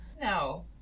no